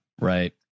right